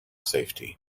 safety